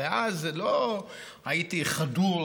הרי אז לא הייתי חדור,